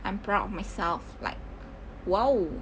I'm proud of myself like !wow!